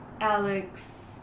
Alex